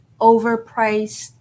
overpriced